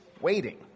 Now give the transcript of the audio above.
waiting